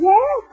Yes